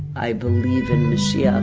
i believe in mashiach yeah